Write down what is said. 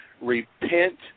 repent